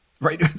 Right